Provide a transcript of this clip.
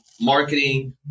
marketing